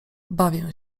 bawię